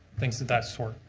thanks to that sort.